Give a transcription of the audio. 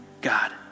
God